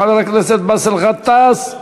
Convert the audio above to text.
חבר הכנסת באסל גטאס.